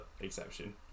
exception